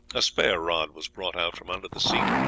a spare rod was brought out from under the seat,